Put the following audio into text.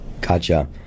Gotcha